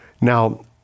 Now